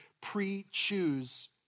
pre-choose